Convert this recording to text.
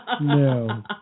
No